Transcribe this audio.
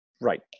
right